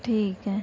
ठीक आहे